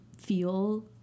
feel